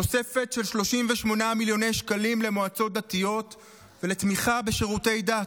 תוספת של 38 מיליון שקלים למועצות דתיות ולתמיכה בשירותי דת.